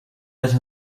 let